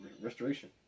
restoration